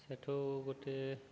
ସେଠୁ ଗୋଟେ